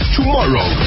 tomorrow